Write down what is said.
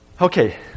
Okay